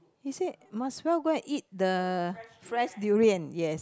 she said might as well go and eat the fresh durian yes